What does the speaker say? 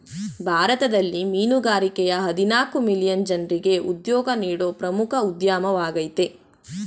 ಭಾರತದಲ್ಲಿ ಮೀನುಗಾರಿಕೆಯ ಹದಿನಾಲ್ಕು ಮಿಲಿಯನ್ ಜನ್ರಿಗೆ ಉದ್ಯೋಗ ನೀಡೋ ಪ್ರಮುಖ ಉದ್ಯಮವಾಗಯ್ತೆ